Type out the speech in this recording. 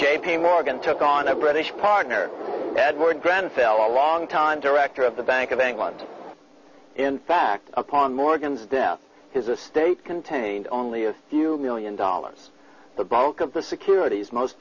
j p morgan took on a british partner edward grant fellow longtime director of the bank of england in fact upon morgan's death his est contained only a few million dollars the bulk of the securities most